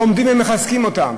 ועומדים ומחזקים אותם